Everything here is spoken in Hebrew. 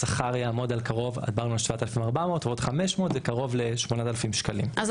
השכר יעמוד על קרוב דיברנו על 7,400 ועוד 500 זה קרוב ל- 8,000 ₪.